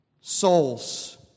souls